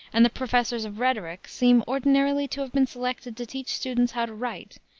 and the professors of rhetoric seem ordinarily to have been selected to teach students how to write,